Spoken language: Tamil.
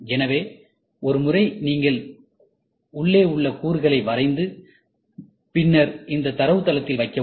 எனவே ஒரு முறை நீங்கள் உள்ளே உள்ள கூறுகளை வரைந்து பின்னர் இந்த தரவுத்தளத்தில் வைக்கவும்